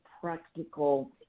practical